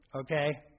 Okay